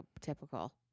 Typical